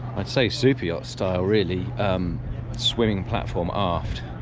i'd say super yacht style really swimming platform aft,